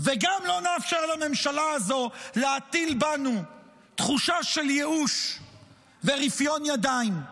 וגם לא נאפשר לממשלה הזו להטיל בנו תחושה של ייאוש ורפיון ידיים.